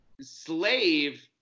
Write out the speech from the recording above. slave